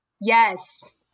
Yes